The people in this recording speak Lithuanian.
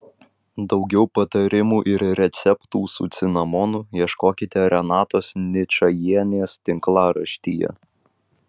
daugiau patarimų ir receptų su cinamonu ieškokite renatos ničajienės tinklaraštyje